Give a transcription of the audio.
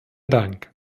dank